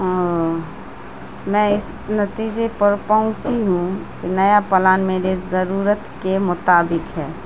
اوہ میں اس نتیجے پر پہنچی ہوں کہ نیا پلان میرے ضرورت کے مطابق ہے